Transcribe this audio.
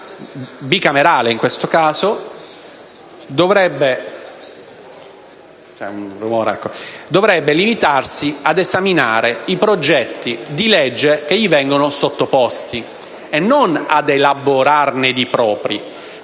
(bicamerale, in questo caso), limitarsi ad esaminare i progetti di legge che gli vengono sottoposti e non elaborarne di propri.